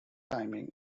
timing